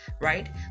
right